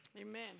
Amen